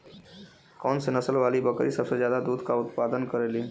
कौन से नसल वाली बकरी सबसे ज्यादा दूध क उतपादन करेली?